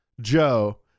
Joe